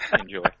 enjoy